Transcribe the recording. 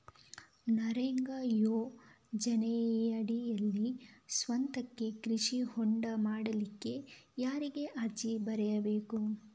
ನರೇಗಾ ಯೋಜನೆಯಡಿಯಲ್ಲಿ ಸ್ವಂತಕ್ಕೆ ಕೃಷಿ ಹೊಂಡ ಮಾಡ್ಲಿಕ್ಕೆ ಯಾರಿಗೆ ಅರ್ಜಿ ಬರಿಬೇಕು?